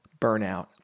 burnout